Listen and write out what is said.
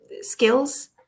skills